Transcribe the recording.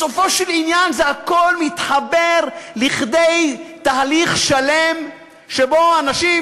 בסופו של עניין זה הכול מתחבר לכדי תהליך שלם שבו אנשים